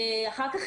אחר כך